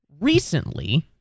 recently